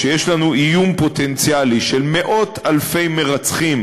כשיש עלינו איום פוטנציאלי של מאות-אלפי מרצחים